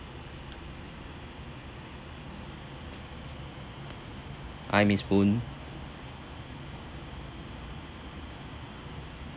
hi miss poon